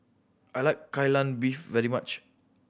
I like Kai Lan Beef very much